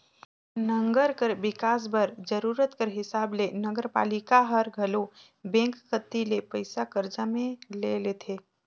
नंगर कर बिकास बर जरूरत कर हिसाब ले नगरपालिका हर घलो बेंक कती ले पइसा करजा में ले लेथे